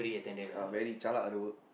uh very jialat ah the work